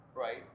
Right